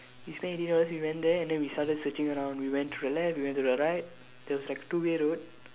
we spend eighteen dollars we went there and then we started searching around we went to the left to the right there was like a two way road